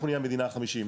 אנחנו נהיה המדינה ה-50,